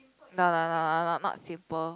no no no no no not simple